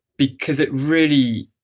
because it really,